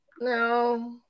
No